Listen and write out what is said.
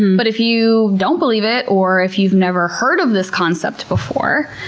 but if you don't believe it, or if you've never heard of this concept before,